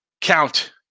count